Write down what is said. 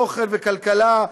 אוכל וכלכלה,